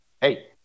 hey